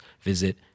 visit